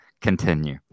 Continue